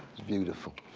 beautiful.